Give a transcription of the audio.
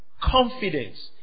confidence